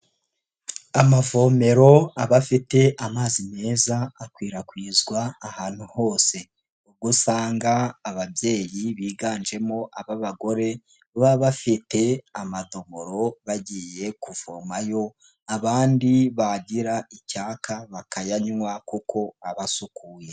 Amavomero aba afite amazi meza akwirakwizwa ahantu hose, ubwo usanga ababyeyi biganjemo ab'abagore baba bafite amadomoro bagiye kuvomayo abandi bagira icyaka bakayanywa kuko aba asukuye.